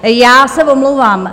Já se omlouvám.